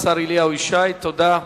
תודה.